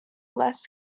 less